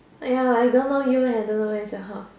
ya I don't know you and don't know where is your house